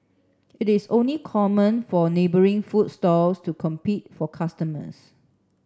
it is only common for neighbouring food stalls to compete for customers